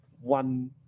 one